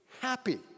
happy